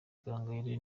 gahongayire